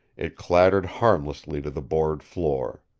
it clattered harmlessly to the board floor.